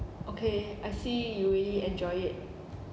okay I see you really enjoy it